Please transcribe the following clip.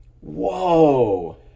whoa